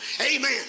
amen